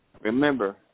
Remember